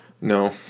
No